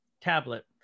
tablet